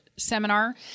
seminar